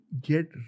get